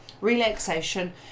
relaxation